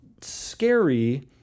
scary